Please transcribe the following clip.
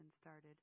started